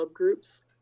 subgroups